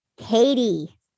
Katie